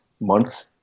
month